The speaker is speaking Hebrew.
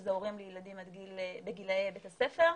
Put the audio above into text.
שזה הורים לילדים בגילאי בית הספר,